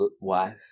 wife